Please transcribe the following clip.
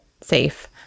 safe